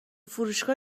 فروشگاه